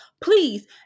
please